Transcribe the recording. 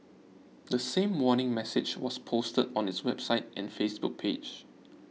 the same warning message was posted on its website and Facebook page